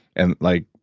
and like,